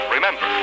Remember